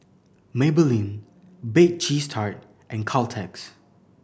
Maybelline Bake Cheese Tart and Caltex